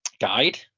guide